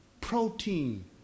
Protein